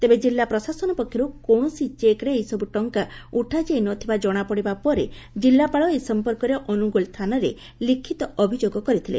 ତେବେ ଜିଲ୍ଲା ପ୍ରଶାସନ ପକ୍ଷରୁ କୌଣସି ଚେକ୍ରେ ଏହି ସବ୍ ଟଙ୍ ଟଙ୍ ଉଠାଯାଇ ନଥବା ଜଶାପଡ଼ିବା ପରେ ଜିଲ୍ଲାପାଳ ଏ ସଂପର୍କରେ ଅନୁଗୋଳ ଥାନାରେ ଲିଖ୍ତ ଅଭିଯୋଗ କରିଥିଲେ